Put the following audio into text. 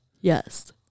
yes